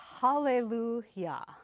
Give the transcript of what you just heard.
hallelujah